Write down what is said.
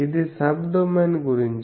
ఇది సబ్డొమైన్ గురించి